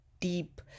deep